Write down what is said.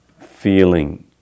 feeling